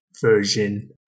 version